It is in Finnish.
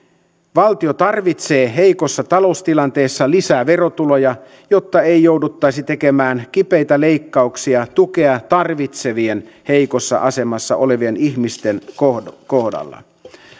valtio tarvitsee heikossa taloustilanteessa lisää verotuloja jotta ei jouduttaisi tekemään kipeitä leikkauksia tukea tarvitsevien heikossa asemassa olevien ihmisten kohdalla kohdalla